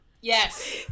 yes